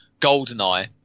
Goldeneye